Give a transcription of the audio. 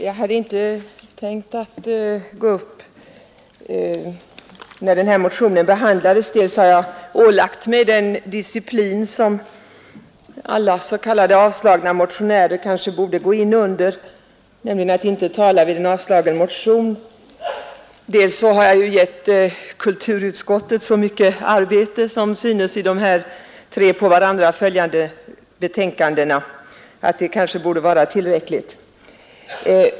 Jag hade inte tänkt ta till orda, när den här motionen behandlades — dels har jag ålagt mig den disciplin som alla s.k. avstyrkta motionärer borde gå in under, nämligen att inte tala för en avstyrkt motion, dels har jag givit kulturutskottet så mycket arbete, vilket syns i tre här på varandra följande betänkanden, att det borde vara tillräckligt.